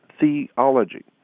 theology